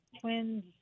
twins